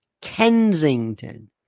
Kensington